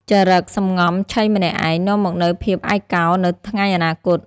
ចរិត «សំងំឆីម្នាក់ឯង» នាំមកនូវភាពឯកោនៅថ្ងៃអនាគត។